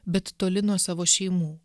bet toli nuo savo šeimų